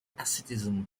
asceticism